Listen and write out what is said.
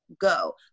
go